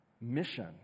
mission